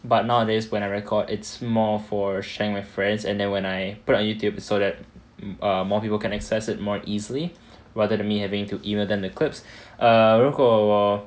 but nowadays when I record it's more for sharing with friends and then when I put on Youtube so that err more people can access it more easily rather than me having to email them the clips err 如果我